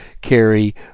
carry